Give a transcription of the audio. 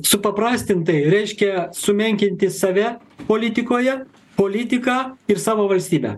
supaprastintai reiškia sumenkinti save politikoje politiką ir savo valstybę